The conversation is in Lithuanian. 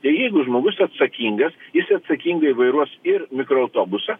tai jeigu žmogus atsakingas jis atsakingai vairuos ir mikroautobusą